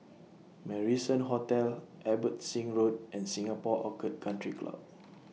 Marrison Hotel Abbotsingh Road and Singapore Orchid Country Club